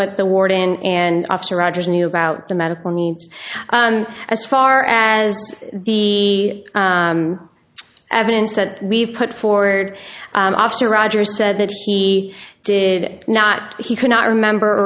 what the warden and officer rogers knew about the medical needs and as far as the evidence that we've put forward after roger said that he did not he cannot remember